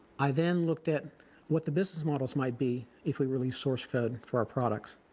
i then looked at what the business models might be if we released source code for our products.